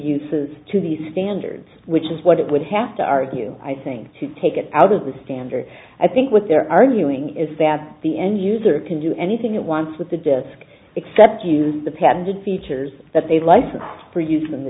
uses to the standards which is what it would have to argue i think to take it out of the standard i think what they're arguing is that the end user can do anything it wants with the desk except use the patented features that they license for use in the